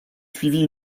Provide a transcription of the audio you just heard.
suivi